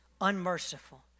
unmerciful